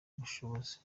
bushobozi